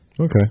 Okay